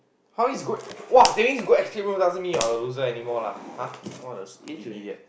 how is good !wah! that means go escape room doesn't mean you're a loser anymore lah !huh! one of the stupid idiot